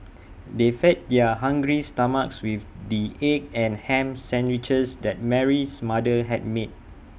they fed their hungry stomachs with the egg and Ham Sandwiches that Mary's mother had made